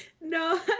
No